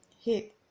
hit